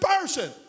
person